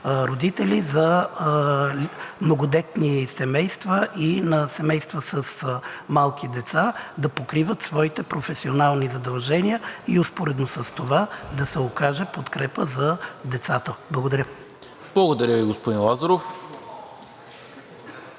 родители, за многодетни семейства и за семейства с малки деца, които да покриват своите професионални задължения и успоредно с това да се окаже подкрепа за децата. Благодаря. ПРЕДСЕДАТЕЛ НИКОЛА МИНЧЕВ: Благодаря Ви, господин Лазаров.